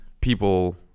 people